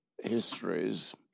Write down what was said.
histories